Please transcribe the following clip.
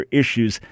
issues